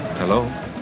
Hello